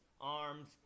arms